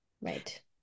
Right